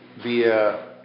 via